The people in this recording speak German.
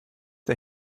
der